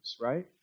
right